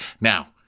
Now